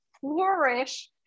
flourish